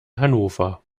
hannover